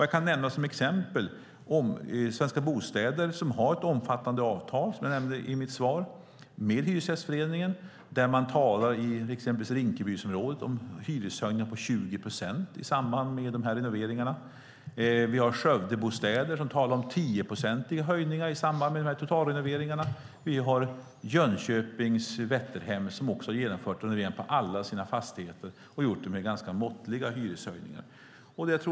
Jag kan som exempel nämna Svenska Bostäder, som har ett omfattande avtal med Hyresgästföreningen, som jag nämnde i mitt svar. I exempelvis Rinkebyområdet talar man om hyreshöjningar på 20 procent i samband med renoveringarna. Vi har Skövdebostäder som talar om 10-procentiga höjningar i samband med totalrenoveringarna. Vi har Jönköpings Vätterhem som också har genomfört renoveringar i alla sina fastigheter och gjort det med ganska måttliga hyreshöjningar.